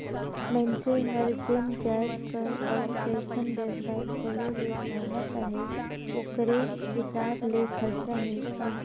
मइनसे हर जेन जाएत कर अउ जइसन बेवसाय खोले ले चाहत अहे ओकरे हिसाब ले खरचा मिलथे